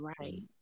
right